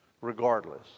regardless